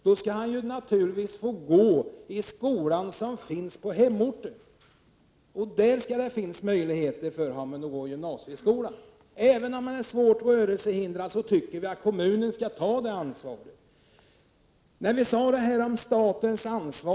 Därför skall handikappade naturligtvis få gå i den skola som finns på hemorten. Där skall det alltså finnas möjligheter för den handikappade att gå i gymnasieskolan. Vi tycker att kommunen skall ta detta ansvar även när det gäller en person som är svårt rörelsehindrad.